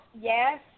Yes